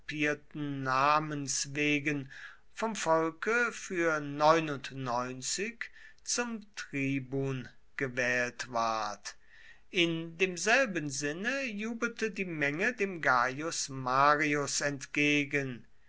namens wegen vom volke für zum tribun gewählt ward in demselben sinne jubelte die menge dem gaius marius entgegen